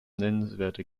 nennenswerte